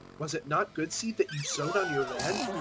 was it not good seed that you sowed on your land?